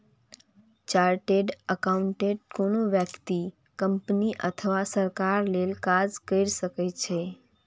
chartered accountant कोनो व्यक्ति, company अथवा सरकार लेल काज कैर सकै छै